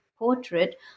Portrait